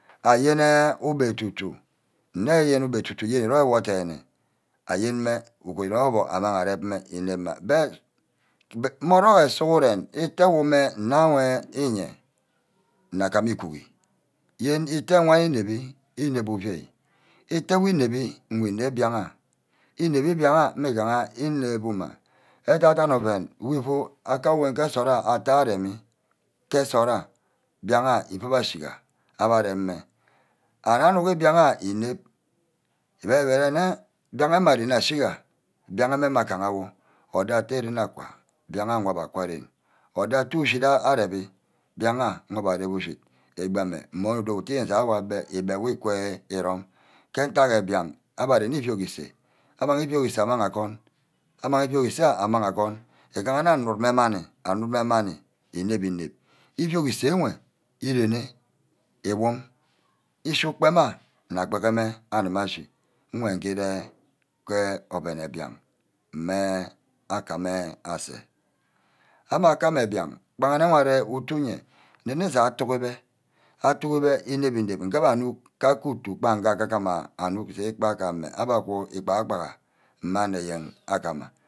Ah yene gbe atu-tu. nne ube atu-tu îrom wor denne ayenme uguru ire-wor orbuck amang arep mme beh. mmorock sughuren ite yen mma awe iye nna gama iguhe. yen itte wani înepbí îne uvai. itte wor nepbi ngu ínep mbíaha wor ínep mbiaha mmigaha inep wuma adan-dane oven wufu aka wen ke nsort aya atte aremi ke nsort ha biagha before abbe asiga abbe aremme. are-anuck mbiaha mme aga awor odo-atte ren aqiuar mbiah ngwa abbe aqwar ren. odor atte ushiga arebi, mbiah nga arep ushi egbiˈamme mme abe dowor atte jaˈawor agbe. ígbe wor wor íkí rome ke ntagha mbiah abe arene ívíog īsah wor amang agon iganne anud mme mmani. anud mme mani inep inep. íviog isah nwe írene. iwom. ishi upem ah na gbeheme ashi nwe nge íre ke oven ne mbiahn mme aka mme asah. ame akame mbíah anung arear ke utu ye irene je atuck beh. atugube ínep-ínep. ngue abbe anuck ka-ke utu. gbange agama anuck sí igbaga ame unu îgbaha-gba mme anne ayen